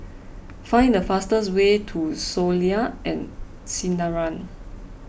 find the fastest way to Soleil and Sinaran